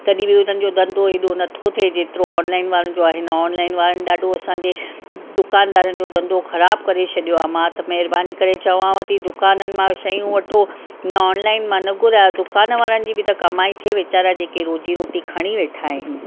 तॾहिं बि हुननि जो धन्धो एॾो नथो थिए जेतिरो ऑनलाइन वारनि जो आहे हिन ऑनलाइन वारनि ॾाढो असांजे दुकानदारनि जो धन्धो ख़राबु करे छॾियो आहे मां त महिरबानी करे चवांव थी दुकाननि मां शयूं वठो हिन ऑनलाइन मां न घुरायो दुकानवारनि जी बि त कमाई थिए वेचारा जेके रोजी रोटी खणी वेठा आहिनि